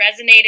resonated